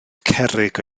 cerrig